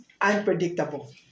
unpredictable